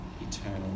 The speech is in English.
eternal